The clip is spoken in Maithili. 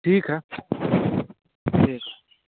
ठीक हइ ठीक हइ